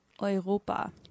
Europa